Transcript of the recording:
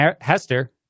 Hester